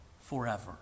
forever